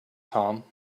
tom